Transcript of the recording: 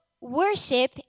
worship